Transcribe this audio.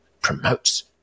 promotes